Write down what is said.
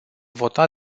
vota